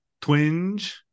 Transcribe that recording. twinge